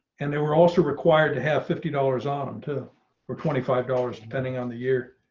and they were also required to have fifty dollars on um to for twenty five dollars depending on the year